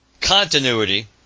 continuity